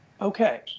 Okay